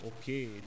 okay